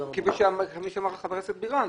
כפי שאמרה חברת הכנסת בירן,